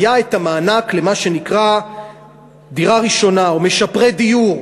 היה המענק שנקרא "דירה ראשונה" או "משפרי דיור"